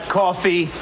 coffee